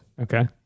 Okay